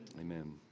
Amen